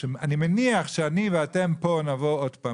אני מניח שאני ואתם פה נבוא עוד פעם